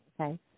okay